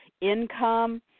income